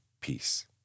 Peace